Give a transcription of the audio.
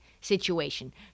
situation